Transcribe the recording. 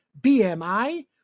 BMI